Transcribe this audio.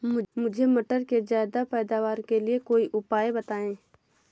मुझे मटर के ज्यादा पैदावार के लिए कोई उपाय बताए?